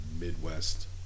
Midwest